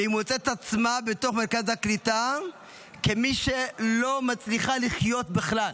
והיא מוצאת את עצמה בתוך מרכז הקליטה כמי שלא מצליחה לחיות בכלל.